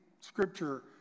scripture